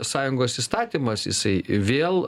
sąjungos įstatymas jisai vėl